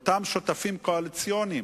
אותם שותפים קואליציוניים,